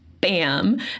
bam